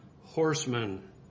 horsemen